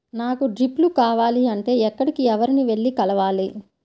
నాకు డ్రిప్లు కావాలి అంటే ఎక్కడికి, ఎవరిని వెళ్లి కలవాలి?